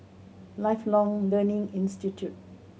Lifelong Learning Institute